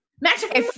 Magic